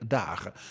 dagen